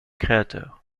créateurs